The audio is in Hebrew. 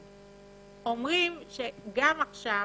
אומרים שגם עכשיו,